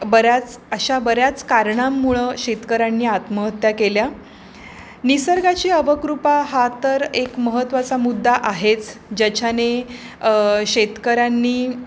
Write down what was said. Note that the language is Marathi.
बऱ्याच अशा बऱ्याच कारणांमुळं शेतकऱ्यांनी आत्महत्या केल्या निसर्गाची अवकृपा हा तर एक महत्वाचा मुद्दा आहेच ज्याच्याने शेतकऱ्यांनी